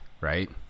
right